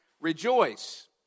rejoice